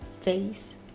face